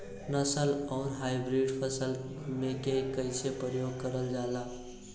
नस्ल आउर हाइब्रिड फसल के कइसे प्रयोग कइल जाला?